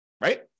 right